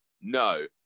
No